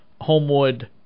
Homewood